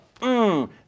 mmm